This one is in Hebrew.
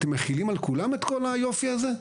אתם מחילים על כולם את כל היופי הזה?